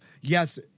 Yes